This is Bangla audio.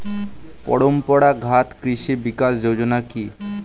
পরম্পরা ঘাত কৃষি বিকাশ যোজনা কি?